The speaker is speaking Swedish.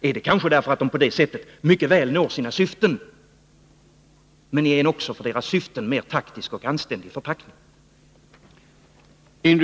Är det kanske därför att de på det sättet väl når sina syften, men i en för deras syften mer taktisk och anständig förpackning.